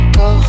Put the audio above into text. go